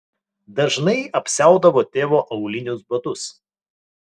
dažnai apsiaudavo tėvo aulinius batus